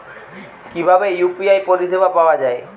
কিভাবে ইউ.পি.আই পরিসেবা পাওয়া য়ায়?